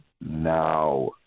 now